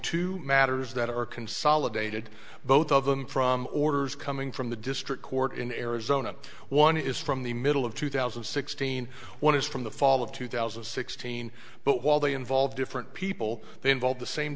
two matters that are consolidated both of them from orders coming from the district court in arizona one is from the middle of two thousand and sixteen one is from the fall of two thousand and sixteen but while they involve different people they involve the same